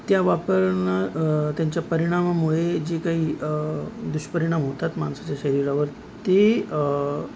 त्या वापरणं त्यांच्या परिणामामुळे जे काही दुष्परिणाम होतात माणसाच्या शरीरावर ते